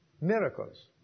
miracles